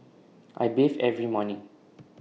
I bathe every morning